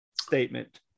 statement